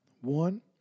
One